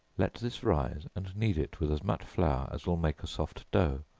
let this rise, and knead it with as much flour as will make a soft dough,